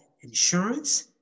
insurance